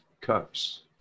cups